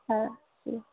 হ্যাঁ